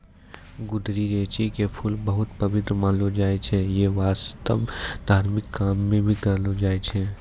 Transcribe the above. गुदरैंची के फूल बहुत पवित्र मानलो जाय छै यै वास्तं धार्मिक काम मॅ भी करलो जाय छै